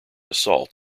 assault